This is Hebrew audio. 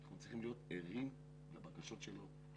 אנחנו צריכים להיות ערים לבקשות שלו.